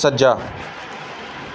ਸੱਜਾ